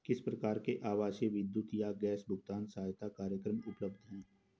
किस प्रकार के आवासीय विद्युत या गैस भुगतान सहायता कार्यक्रम उपलब्ध हैं?